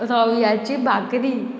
रव्याची बाकरी